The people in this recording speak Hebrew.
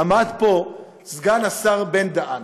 עמד פה סגן השר בן-דהן,